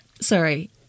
Sorry